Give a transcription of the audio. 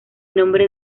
nombre